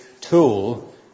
tool